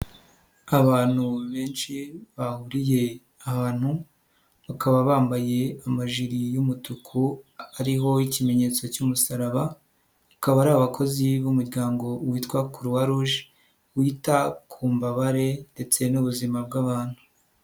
Abantu benshi bahuriye abantu, bakaba bambaye amajiri y'umutuku ariho ikimenyetso cy'umusaraba, bakaba ari abakozi b'umuryango witwa Croix rouge, wita ku mbabare ndetse n'ubuzima bw'abantu.